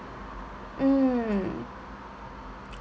mm